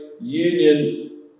union